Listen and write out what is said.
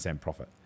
profit